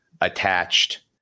attached